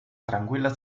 tranquilla